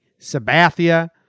Sabathia